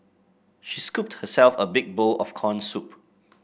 she scooped herself a big bowl of corn soup